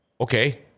okay